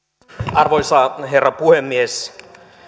arvoisa herra puhemies